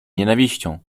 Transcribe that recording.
nienawiścią